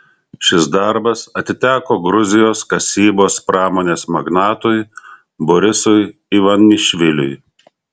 šis darbas atiteko gruzijos kasybos pramonės magnatui borisui ivanišviliui